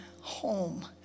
home